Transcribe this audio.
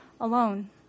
alone